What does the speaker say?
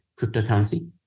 cryptocurrency